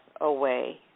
away